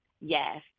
yes